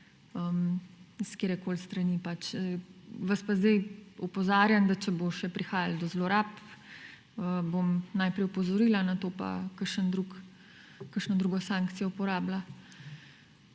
s katerekoli strani pač. Vas pa zdaj opozarjam, da če bo še prihajalo do zlorab, bom najprej opozorila, nato pa kakšno drugo sankcijo uporabila.